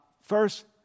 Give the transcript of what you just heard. first